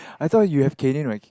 I thought you have canine rec~